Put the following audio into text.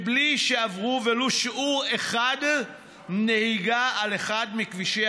בלי שעבר ולו שיעור נהיגה אחד על אחד מכבישי